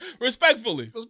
Respectfully